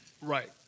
right